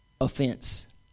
Offense